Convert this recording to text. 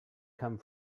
come